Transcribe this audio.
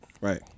Right